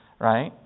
right